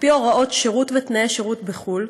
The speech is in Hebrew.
על-פי הוראות שירות ותנאי שירות בחו"ל,